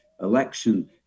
election